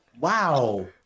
Wow